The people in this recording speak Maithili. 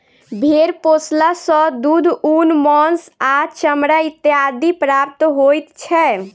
भेंड़ पोसला सॅ दूध, ऊन, मौंस आ चमड़ा इत्यादि प्राप्त होइत छै